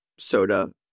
soda